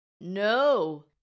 No